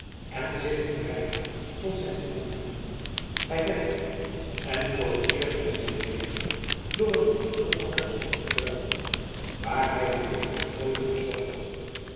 en zich van reinout tot zijn belang bedienen hij werd en voor t eerst van zijn leven door een folterenden hartstocht gekweld waar hij alleen verstrooiing gezocht had